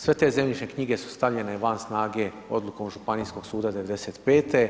Sve te zemljišne knjige su stavljene van snage odlukom županijskog suda '95.